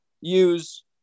use